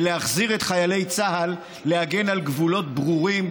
ולהחזיר את חיילי צה"ל להגן על גבולות ברורים,